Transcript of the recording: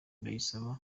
ndayisaba